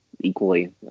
equally